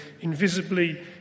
invisibly